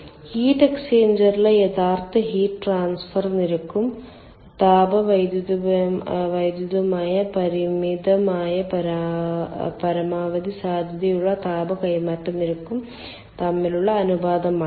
heat എക്സ്ചേഞ്ചറിലെ യഥാർത്ഥ heat transfer നിരക്കും താപവൈദ്യുതപരമായി പരിമിതമായ പരമാവധി സാധ്യതയുള്ള താപ കൈമാറ്റ നിരക്കും തമ്മിലുള്ള അനുപാതമാണിത്